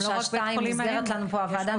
בשעה שתיים נסגרת לנו פה הוועדה.